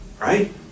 right